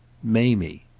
mamie.